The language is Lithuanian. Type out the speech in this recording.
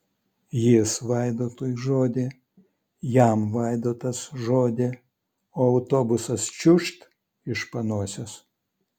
jis vaidotui žodį jam vaidotas žodį o autobusas čiūžt iš panosės